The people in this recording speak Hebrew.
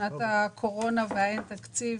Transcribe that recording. שנת הקורונה וחוסר התקציב